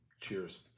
Cheers